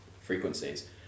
frequencies